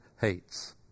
hates